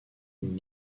une